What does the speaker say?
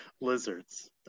lizards